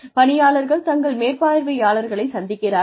பணியாளர்கள் தங்கள் மேற்பார்வையாளர்களை சந்திக்கிறார்கள்